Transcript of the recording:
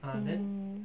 mm